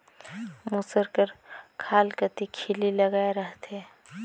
मूसर कर खाल कती खीली लगाए रहथे